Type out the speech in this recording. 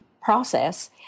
process